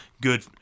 good